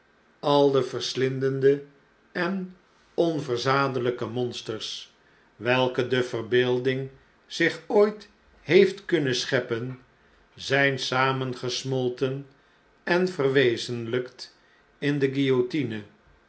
al de verslindende en onverzadeiyke monsters welke de verbeelding zich ooit heeft kunnen scheppen zh'n samengesmolten en verwezenlijkt in de guillotine